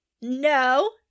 No